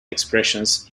expressions